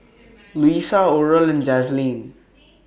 Louisa Oral and Jazlene